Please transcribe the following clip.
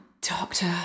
Doctor